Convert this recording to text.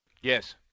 Yes